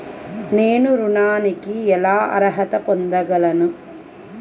నేను ఋణానికి ఎలా అర్హత పొందగలను?